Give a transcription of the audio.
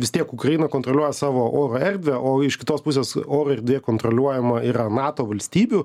vis tiek ukraina kontroliuoja savo oro erdvę o iš kitos pusės oro erdvė kontroliuojama yra nato valstybių